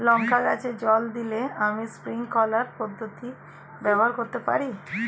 লঙ্কা গাছে জল দিতে আমি স্প্রিংকলার পদ্ধতি ব্যবহার করতে পারি?